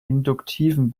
induktiven